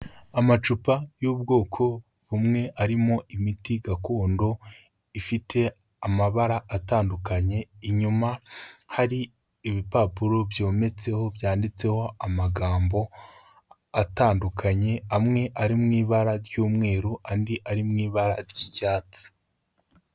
Amacupa y'ubwoko bumwe arimo imiti gakondo, ifite amabara atandukanye, inyuma hari ibipapuro byometseho byanditseho amagambo atandukanye, amwe ari mu ibara ry'umweru andi ari mu ibara ry'icyatsi.